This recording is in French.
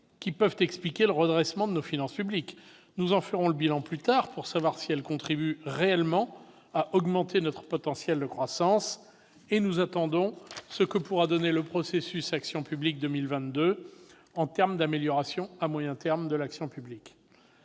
qui peuvent expliquer le redressement de nos finances publiques. Nous ferons plus tard le bilan de ces mesures pour savoir si elles contribuent réellement à augmenter notre potentiel de croissance et nous attendons de voir ce que pourra donner le processus « Action publique 2022 » en termes d'amélioration de l'action publique